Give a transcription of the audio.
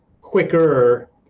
quicker